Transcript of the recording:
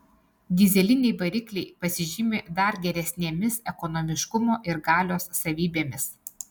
dyzeliniai varikliai pasižymi dar geresnėmis ekonomiškumo ir galios savybėmis